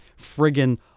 friggin